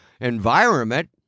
environment